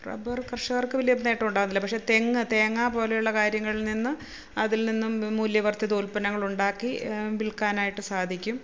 rubber കര്ഷകര്ക്ക് വലിയ നേട്ടം ഉണ്ടാകുന്നില്ല പക്ഷേ തെങ്ങ് തേങ്ങ പോലെയുള്ള കാര്യങ്ങളില് നിന്ന് അതില് നിന്നും മൂല്യവര്ധിത ഉല്പ്പന്നങ്ങള് ഉണ്ടാക്കി വില്ക്കാനായിട്ട് സാധിക്കും